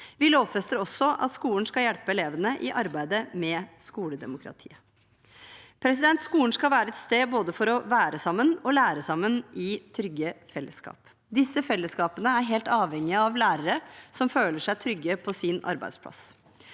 Vi lovfester også at skolen skal hjelpe elevene i arbeidet med skoledemokratiet. Skolen skal være et sted for både å være sammen og lære sammen i trygge fellesskap. Disse fellesskapene er helt avhengige av lærere som føler seg trygge på sin arbeidsplass.